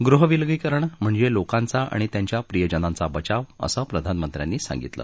गृहविलगीकरण म्हणजे लोकांचा आणि त्यांच्या प्रियजनांचा बचाव असं प्रधामंत्र्यांनी सांगितलं